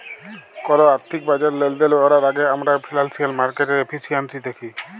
call আথ্থিক বাজারে লেলদেল ক্যরার আগে আমরা ফিল্যালসিয়াল মার্কেটের এফিসিয়াল্সি দ্যাখি